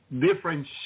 different